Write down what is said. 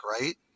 right